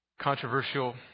controversial